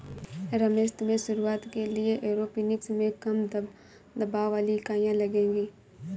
रमेश तुम्हें शुरुआत के लिए एरोपोनिक्स में कम दबाव वाली इकाइयां लगेगी